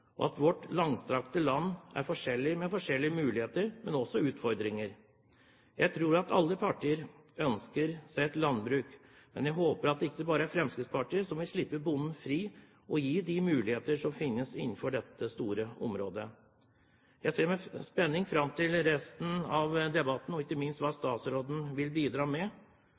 og at vårt langstrakte land har forskjellige muligheter, men også utfordringer. Jeg tror at alle partier ønsker seg et landbruk, men jeg håper at det ikke bare er Fremskrittspartiet som vil slippe bonden fri og gi de muligheter som finnes innenfor dette store området. Jeg ser med spenning fram til resten av debatten, og ikke minst til hva statsråden vil bidra med.